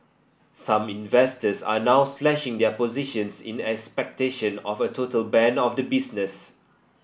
some investors are now slashing their positions in expectation of a total ban of the business